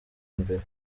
mbere